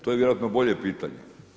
To je vjerojatno bolje pitanje.